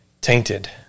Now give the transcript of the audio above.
tainted